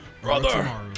Brother